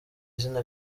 izina